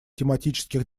тематических